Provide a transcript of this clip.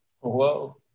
whoa